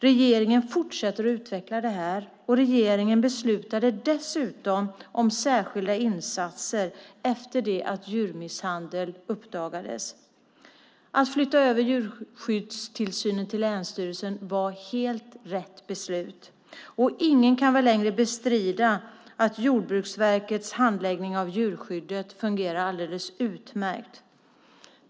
Regeringen fortsätter att utveckla det här, och regeringen beslutade dessutom om särskilda insatser efter det att djurmisshandeln uppdagades. Att flytta över djurskyddstillsynen till länsstyrelserna var helt rätt beslut, och ingen kan väl längre bestrida att Jordbruksverkets handläggning av djurskyddet fungerar alldeles utmärkt.